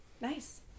nice